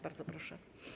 Bardzo proszę.